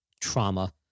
trauma